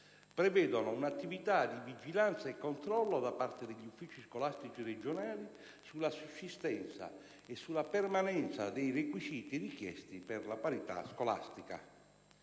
prevedono un'attività di vigilanza e controllo da parte degli uffici scolastici regionali sulla sussistenza e sulla permanenza dei requisiti richiesti per la parità scolastica.